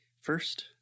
First